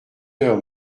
heures